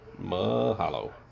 Mahalo